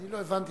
אני לא הבנתי.